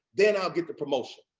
then i'll get the promotion.